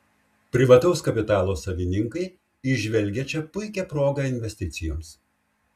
privataus kapitalo savininkai įžvelgia čia puikią progą investicijoms